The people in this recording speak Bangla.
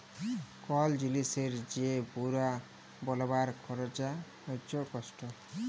কল জিলিসের যে পুরা বলবার খরচা হচ্যে কস্ট